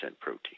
protein